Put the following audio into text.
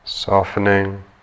softening